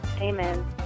Amen